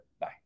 Bye